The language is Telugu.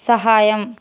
సహాయం